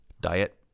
Diet